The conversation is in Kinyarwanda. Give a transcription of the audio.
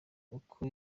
uko